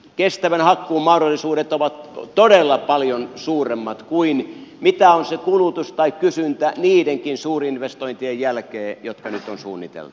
kestävän hakkuun mahdollisuudet ovat todella paljon suuremmat kuin mitä on se kulutus tai kysyntä niidenkin suurinvestointien jälkeen jotka nyt on suunniteltu